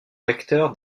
recteur